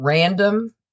Random